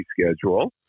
schedule